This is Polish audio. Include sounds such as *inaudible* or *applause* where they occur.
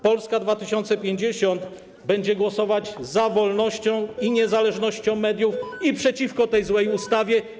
Polska 2050 będzie głosować za wolnością *noise* i niezależnością mediów i przeciwko tej złej ustawie.